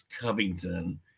Covington